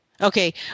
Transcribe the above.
okay